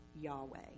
Yahweh